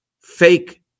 fake